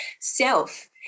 self